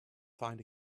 find